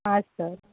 आं सर